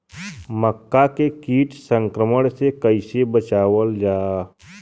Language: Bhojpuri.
मक्का के कीट संक्रमण से कइसे बचावल जा?